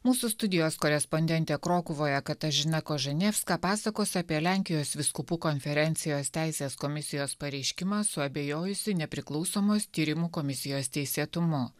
mūsų studijos korespondentė krokuvoje katažina kožanevska pasakos apie lenkijos vyskupų konferencijos teisės komisijos pareiškimą suabejojusį nepriklausomos tyrimų komisijos teisėtumu